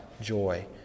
joy